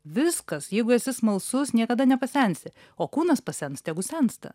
viskas jeigu esi smalsus niekada nepasensi o kūnas pasens tegu sensta